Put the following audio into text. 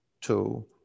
two